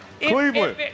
Cleveland